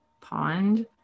pond